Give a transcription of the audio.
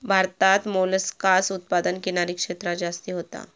भारतात मोलस्कास उत्पादन किनारी क्षेत्रांत जास्ती होता